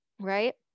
right